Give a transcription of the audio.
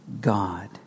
God